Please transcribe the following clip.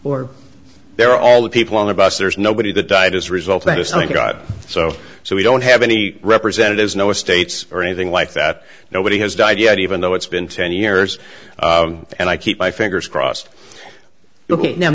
or they're all the people on the bus there's nobody that died as a result of something got so so we don't have any representatives no estates or anything like that nobody has died yet even though it's been ten years and i keep my fingers crossed